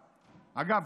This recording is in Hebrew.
אגב,